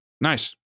Nice